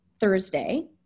Thursday